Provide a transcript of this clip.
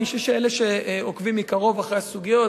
אני חושב שאלה שעוקבים מקרוב אחרי הסוגיות,